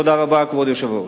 תודה רבה, כבוד היושב-ראש.